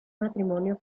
matrimonio